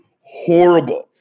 Horrible